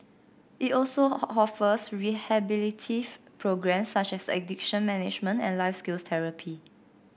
it also offers rehabilitative programmes such as addiction management and life skills therapy